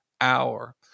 hour